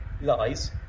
lies